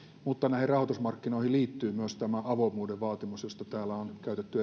mutta rahoitusmarkkinoihin liittyy myös tämä avoimuuden vaatimus josta täällä on käytetty